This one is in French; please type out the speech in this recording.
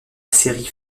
série